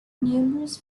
numerous